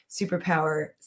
superpower